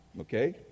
okay